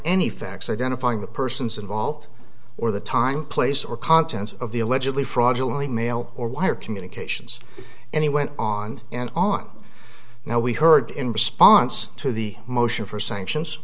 any facts identifying the persons involved or the time place or contents of the allegedly fraudulent mail or wire communications and he went on and on now we heard in response to the motion for sanctions